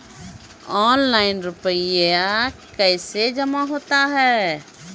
Online रुपये कैसे जमा होता हैं?